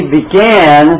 began